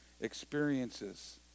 experiences